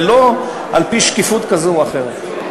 ולא על-פי שקיפות כזאת או אחרת.